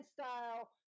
style